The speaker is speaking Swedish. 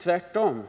Tvärtom